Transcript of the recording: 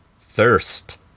thirst